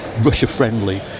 Russia-friendly